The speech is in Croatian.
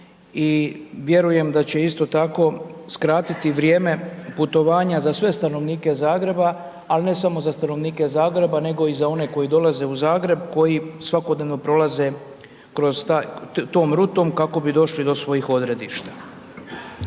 i vjerujem da će isto tako skratiti vrijeme putovanja za sve stanovnike Zagreba, ali ne samo za stanovnike Zagreba, nego i za one koji dolaze u Zagreb, koji svakodnevno prolaze tom rutom, kako bi došli do svojih odredišta.